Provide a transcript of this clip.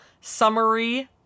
summary